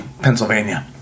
Pennsylvania